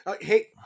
hey